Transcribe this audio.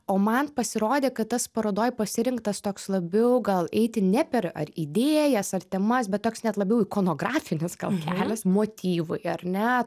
o man pasirodė kad tas parodoj pasirinktas toks labiau gal eiti ne per ar idėjas ar temas bet toks net labiau ikonografinis gal kelias motyvai ar ne